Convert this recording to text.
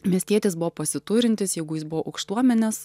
miestietis buvo pasiturintis jeigu jis buvo aukštuomenės